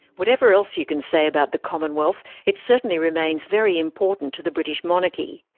whatever else you can say about the commonwealth, it certainly remains very important to the british monarchy.